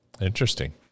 Interesting